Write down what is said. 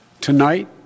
Tonight